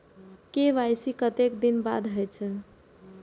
KYC कतेक दिन बाद होई छै?